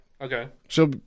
Okay